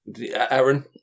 Aaron